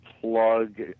plug